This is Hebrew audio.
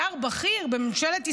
שר בכיר בממשלת ישראל.